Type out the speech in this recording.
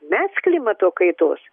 mes klimato kaitos